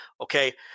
Okay